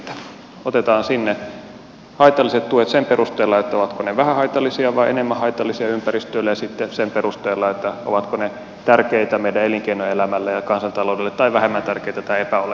otetaan sinne haitalliset tuet sen perusteella ovatko ne vähän haitallisia vai enemmän haitallisia ympäristölle ja sitten sen perusteella ovatko ne tärkeitä meidän elinkeinoelämällemme ja kansantaloudellemme vai vähemmän tärkeitä tai epäolennaisia